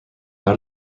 how